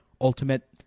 ultimate